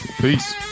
Peace